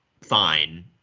fine